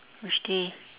which day